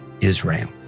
Israel